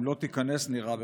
אם לא תיכנס, נירה בך.